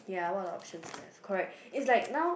ya what are the options left correct is like now